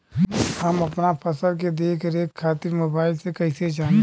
हम अपना फसल के देख रेख खातिर मोबाइल से कइसे जानी?